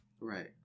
Right